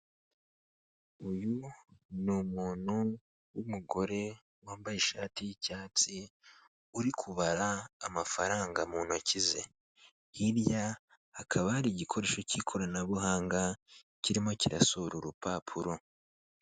Uyu ni umuntu w'umugore wambaye ishati y'icyatsi uri kubara amafaranga mu ntoki ze, hirya hakaba hari igikoresho cy'ikoranabuhanga kirimo kirasohora urupapuro.